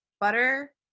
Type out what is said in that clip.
butter